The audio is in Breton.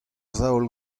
zaol